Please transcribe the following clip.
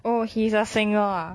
oh he's a singer ah